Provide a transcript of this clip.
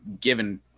given